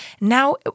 now